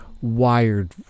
wired